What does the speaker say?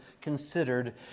considered